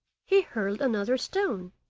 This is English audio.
he hurled another stone,